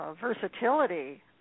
versatility